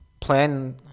Plan